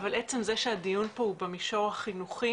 אבל עצם זה שהדיון פה הוא במישור החינוכי,